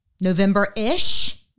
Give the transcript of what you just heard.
November-ish